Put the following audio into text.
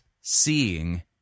seeing